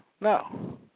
No